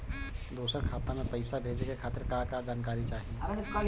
दूसर खाता में पईसा भेजे के खातिर का का जानकारी चाहि?